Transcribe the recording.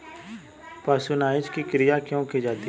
Pasteurisation की क्रिया क्यों की जाती है?